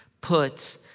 put